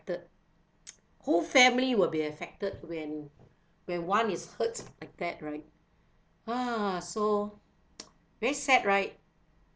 whole family will be affected when when one is hurts like that right !huh! so very sad right